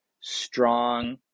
strong